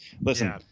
listen